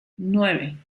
nueve